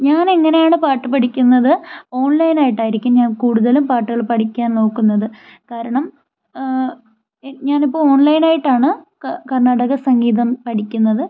ഞാൻ എങ്ങനെയാണ് പാട്ട് പഠിക്കുന്നത് ഓൺലൈൻ ആയിട്ടായിരിക്കും ഞാൻ കൂടുതലും പാട്ടുകൾ പഠിക്കാൻ നോക്കുന്നത് കാരണം ഞാൻ ഇപ്പോൾ ഓൺലൈൻ ആയിട്ടാണ് ക കർണാടക സംഗീതം പഠിക്കുന്നത്